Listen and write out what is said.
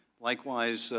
likewise,